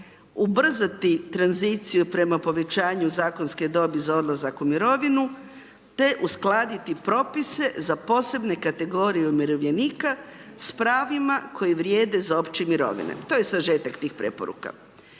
ubrzati tranziciju prema povećanju zakonske dobi za odlazak u mirovinu te uskladiti propise za posebne kategorije umirovljenika s pravima koji vrijede za opće mirovine. To je sažetak tih preporuka.